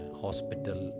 hospital